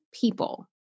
people